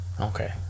Okay